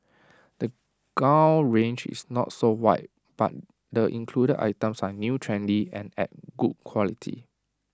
the gown range is not so wide but the included items are new trendy and at good quality